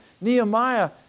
Nehemiah